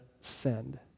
send